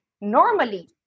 normally